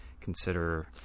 consider